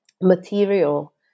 material